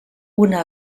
una